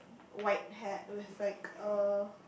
white hat with like a